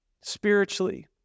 spiritually